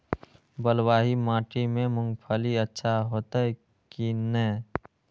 बलवाही माटी में मूंगफली अच्छा होते की ने?